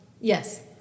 Yes